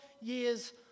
years